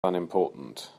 unimportant